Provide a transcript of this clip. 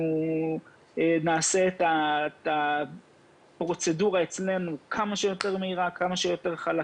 אנחנו נעשה את הפרוצדורה אצלנו כמה שיותר מהירה וחלקה